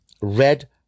Red